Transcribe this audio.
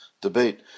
debate